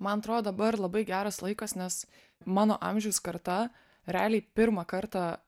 man atro dabar labai geras laikas nes mano amžiaus karta realiai pirmą kartą